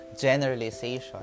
generalization